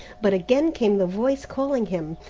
but again came the voice calling him,